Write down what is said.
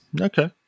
Okay